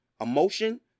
emotion